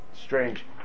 strange